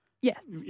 Yes